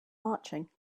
marching